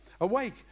Awake